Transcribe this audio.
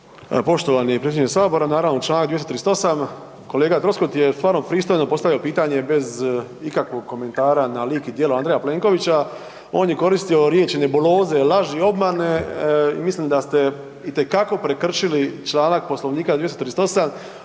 Poštovani predsjedniče Sabora. Naravno čl. 238. kolega Troskot je stvarno pristojno postavljao pitanje bez ikakvog komentara na lik i djelo Andreja Plenkovića, on je koristio riječi nebuloze, laži, obmane i mislim da ste itekako prekršili čl. 238. Poslovnika,